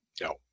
no